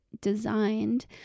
designed